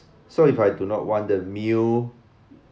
so if I do not want the meal